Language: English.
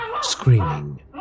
screaming